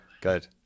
Good